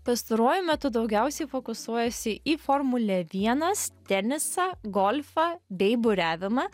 pastaruoju metu daugiausiai fokusuojasi į formulė vienas tenisą golfą bei buriavimą